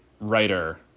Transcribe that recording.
writer